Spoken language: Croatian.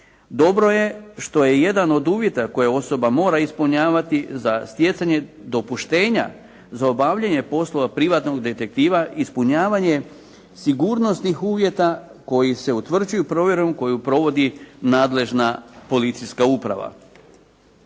Dobro je što je jedan od uvjeta koja osoba mora ispunjavati za stjecanje dopuštenja za obavljanje posla privatnog detektiva ispunjavanje sigurnosnih uvjeta koji se utvrđuju provjerom koju provodi nadležna policijska uprava.